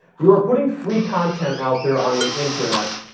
you are putting free content out there on the internet,